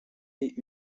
est